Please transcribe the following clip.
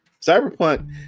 cyberpunk